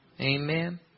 Amen